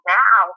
now